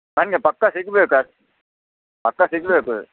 ನನಗೆ ಪಕ್ಕಾ ಸಿಗ್ಬೇಕು ಅದು ಪಕ್ಕಾ ಸಿಗಬೇಕು